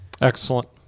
Excellent